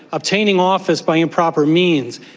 obtaining office by improper means,